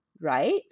right